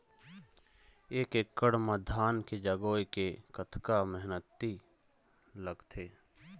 एक एकड़ म धान के जगोए के कतका मेहनती लगथे?